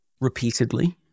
repeatedly